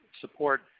support